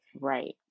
right